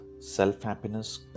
self-happiness